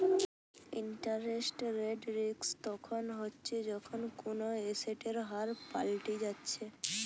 interest rate risk তখন হচ্ছে যখন কুনো এসেটের হার পাল্টি যাচ্ছে